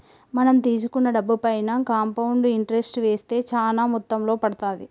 మనం తీసుకున్న డబ్బుపైన కాంపౌండ్ ఇంటరెస్ట్ వేస్తే చానా మొత్తంలో పడతాది